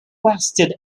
lasted